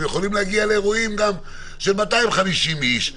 הם יכולים להגיע לאירועים גם של 250 איש.